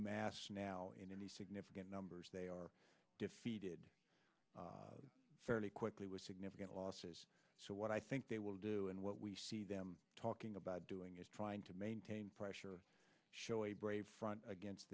massed now in any significant numbers they are defeated fairly quickly were significant losses so what i think they will do and what we see them talking about doing is trying to maintain pressure show a brave front against